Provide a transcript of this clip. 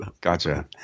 gotcha